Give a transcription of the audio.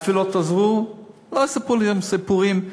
התפילות עזרו, שלא יספרו לי היום סיפורים.